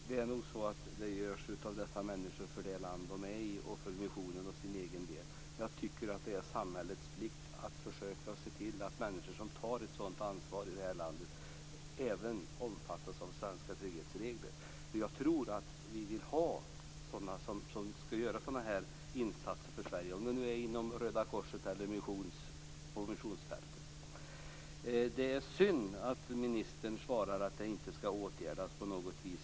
Fru talman! Jo, det görs för det land som dessa människor vistas i och för missionen. Jag tycker att det är samhällets plikt att se till att människor som tar ett sådant ansvar även omfattas av svenska trygghetsregler. Jag tror att ni uppskattar att det görs sådana insatser, om det nu är inom Röda korset eller på missionsfältet. Det är synd att ministern svarar att detta inte skall åtgärdas på något vis.